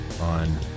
on